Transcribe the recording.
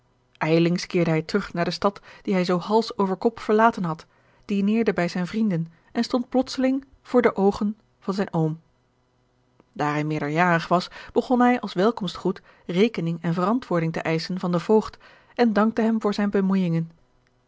ijllings keerde hij terug naar de stad die hij zoo hals over kop verlaten had dineerde bij zijne vrienden en stond plotseling voor de oogen van zijn oom daar hij meerderjarig was begon hij als welkomstgroet rekening en verantwoording te eischen van den voogd en dankte hem voor zijne bemoeijingen